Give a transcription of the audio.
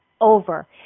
over